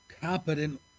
competent